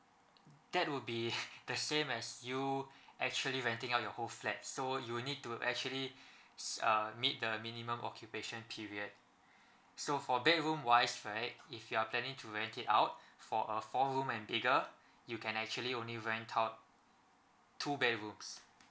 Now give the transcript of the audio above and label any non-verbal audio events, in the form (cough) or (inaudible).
that will be (noise) the same as you actually renting out your whole flat so you need to actually s~ uh meet the minimum occupation period so for bedroom wise right if you are planning to rent it out for a four room and bigger you can actually only rent out two bedrooms